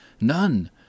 None